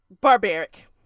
barbaric